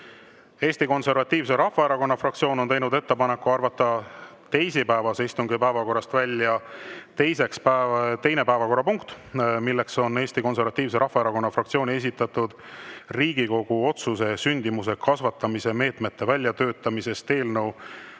Eesti Konservatiivse Rahvaerakonna fraktsioon on teinud ettepaneku arvata teisipäevase istungi päevakorrast välja teine päevakorrapunkt, mis on Eesti Konservatiivse Rahvaerakonna fraktsiooni esitatud Riigikogu otsuse "Sündimuse kasvatamise meetmete väljatöötamisest" eelnõu